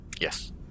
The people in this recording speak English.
yes